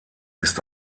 ist